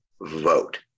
vote